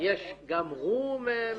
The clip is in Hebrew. גם הוא?